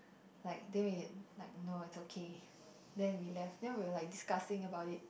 like deal with it like no it's okay then we left then we were discussing about it